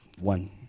one